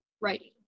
writing